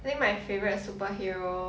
I think my favourite superhero